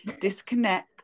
disconnect